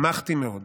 שמחתי מאוד.